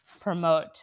promote